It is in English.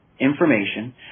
information